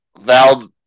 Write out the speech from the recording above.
Val